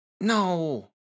no